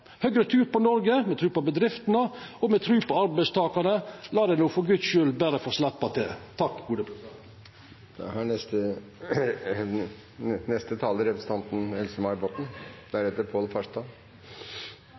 Høgre trur på Noreg, me trur på bedriftene, og me trur på arbeidstakarane. Lat dei no for Guds skuld berre få sleppa til!